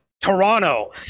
Toronto